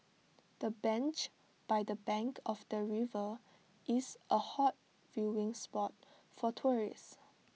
the bench by the bank of the river is A hot viewing spot for tourists